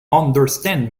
understand